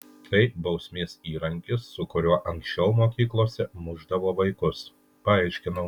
tai bausmės įrankis su kuriuo anksčiau mokyklose mušdavo vaikus paaiškinau